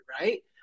right